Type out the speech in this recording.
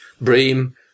bream